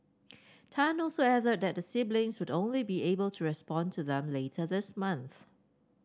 Tan also added that the siblings would only be able to respond to them later this month